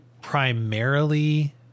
primarily